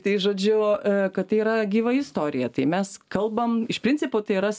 tai žodžiu kad tai yra gyva istorija tai mes kalbame iš principo tai yra